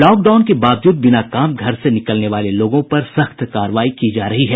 lock down के बावजूद बिना काम घर से निकलने वाले लोगों पर सख्त कार्रवाई की जा रही है